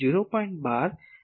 12 0